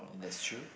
that's true